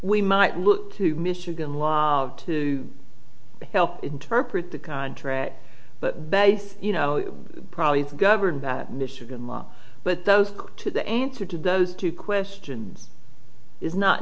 we might look to michigan law to help interpret the contraire but base you know probably the governor of michigan law but those two the answer to those two questions is not